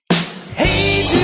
Hey